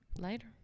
Later